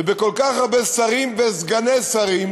ובכל כך הרבה שרים וסגני שרים,